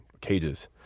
cages